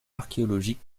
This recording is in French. archéologique